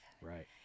right